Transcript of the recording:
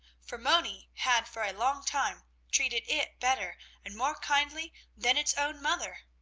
for moni had for a long time treated it better and more kindly than its own mother.